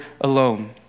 alone